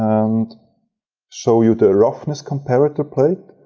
and show you the roughness comparator plate.